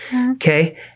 Okay